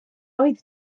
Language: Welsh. oedd